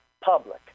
public